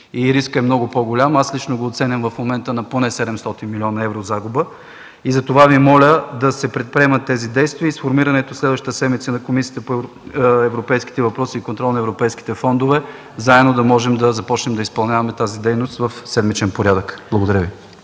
Рискът е много по-голям. Лично аз го оценявам в момента на поне 700 млн. евро загуба. Затова Ви моля да се предприемат тези действия и със сформирането през следващата седмица на Комисията по европейските въпроси и контрол на европейските фондове – заедно да можем да започнем да изпълняваме тази дейност в седмичен порядък. Благодаря.